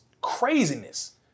craziness